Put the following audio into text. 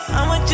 I'ma